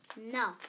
No